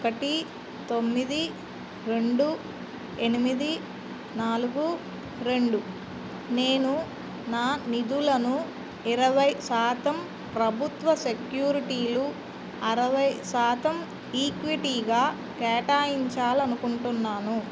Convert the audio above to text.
ఒకటి తొమ్మిది రెండు ఎనిమిది నాలుగు రెండు నేను నా నిధులను ఇరవై శాతం ప్రభుత్వ సెక్యూరిటీలు అరవై శాతం ఈక్విటీగా కేటాయించాలి అనుకుంటున్నాను